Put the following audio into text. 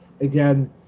again